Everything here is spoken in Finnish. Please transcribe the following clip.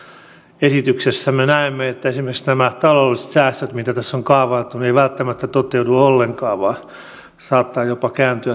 niin kuin tästä esityksestä me näemme esimerkiksi nämä taloudelliset säästöt mitä tässä on kaavailtu eivät välttämättä toteudu ollenkaan vaan saattavat jopa kääntyä toisinpäin